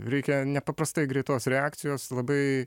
reikia nepaprastai greitos reakcijos labai